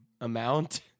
amount